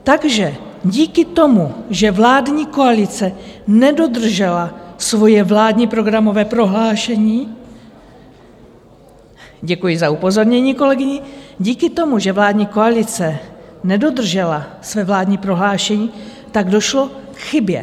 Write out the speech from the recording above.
Takže díky tomu, že vládní koalice nedodržela svoje vládní programové prohlášení, děkuji za upozornění kolegyni, díky tomu, že vládní koalice nedodržela svoje vládní prohlášení, tak došlo k chybě.